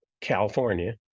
California